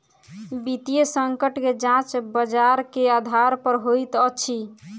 वित्तीय संकट के जांच बजार के आधार पर होइत अछि